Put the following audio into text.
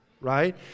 Right